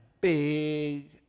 big